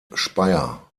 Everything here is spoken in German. speyer